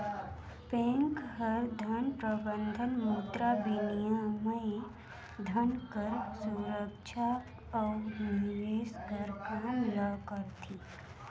bank हर धन प्रबंधन, मुद्राबिनिमय, धन कर सुरक्छा अउ निवेस कर काम ल करथे